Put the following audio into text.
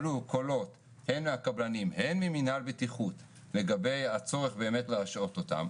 עלו קולות הן מהקבלנים והן ממנהל בטיחות לגבי הצורך להשעות אותם,